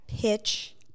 pitch